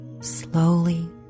slowly